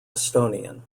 estonian